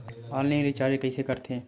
Online recharge कइसे करथे?